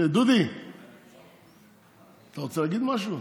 דודי, אתה רוצה להגיד משהו?